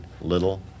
little